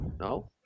No